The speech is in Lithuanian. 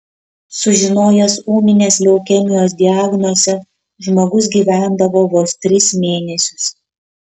sužinojęs ūminės leukemijos diagnozę žmogus gyvendavo vos tris mėnesius